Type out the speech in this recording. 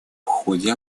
ходе